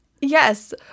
Yes